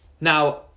now